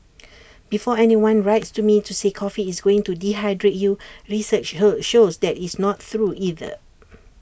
before anyone writes to me to say coffee is going to dehydrate you research shows that is not true either